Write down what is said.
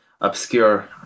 obscure